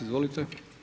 Izvolite.